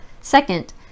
Second